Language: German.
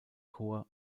chor